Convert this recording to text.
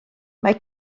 mae